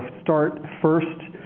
start. first,